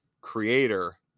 creator